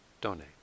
donate